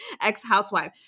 ex-housewife